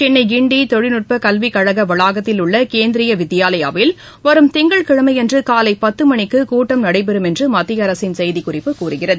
சென்னை கிண்டி தொழில்நுட்ப கல்வி கழக வளாகத்தில் உள்ள கேந்திரிய வித்யாலயாவில் வரும் திங்கட்கிழமையன்று காலை பத்து மணிக்கு கூட்டம் நடைபெறும் என்று மத்திய அரசின் செய்திக்குறிப்பு கூறுகிறது